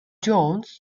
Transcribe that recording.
jones